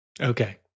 Okay